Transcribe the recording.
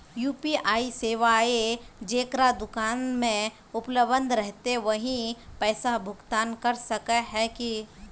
UPI सेवाएं जेकरा दुकान में उपलब्ध रहते वही पैसा भुगतान कर सके है की?